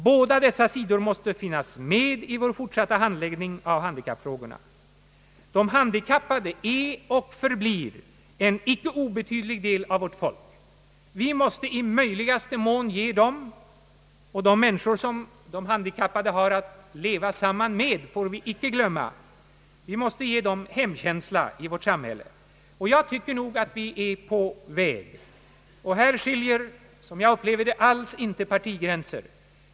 Båda dessa sidor måste finnas med i vår fortsatta handläggning av handikappfrågorna. De handikappade är och förblir en icke obetydlig del av vårt folk. Vi måste i möjligaste mån ge dem — och de människor som de handikappade har att leva samman med får vi inte glömma — hemkänsla i vårt samhälle, Jag tror att vi är på väg, och här skiljer som jag upplever det alls inte partigränser.